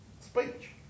speech